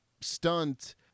stunt